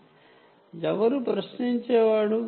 interrogator ఎవరు reader ఒక interrogator